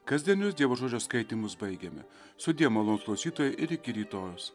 kasdienius dievo žodžio skaitymus baigiame sudie malonūs klausytojai ir iki rytojaus